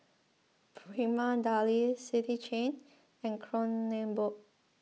Prima Deli City Chain and Kronenbourg